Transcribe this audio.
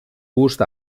gust